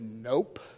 nope